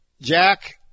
Jack